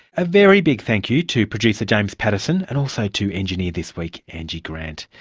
a very big thank you to producer james pattison and also to engineer this week, angie grant.